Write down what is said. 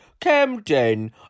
Camden